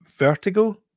vertigo